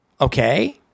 okay